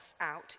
out